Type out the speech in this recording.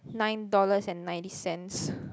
nine dollars and ninety cents